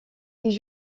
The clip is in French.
ils